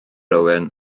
owen